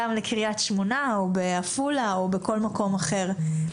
גם לקרית שמונה או בעפולה או בכל מקום אחר,